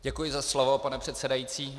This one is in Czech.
Děkuji za slovo, pane předsedající.